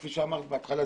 כפי שאמרת בהתחלה,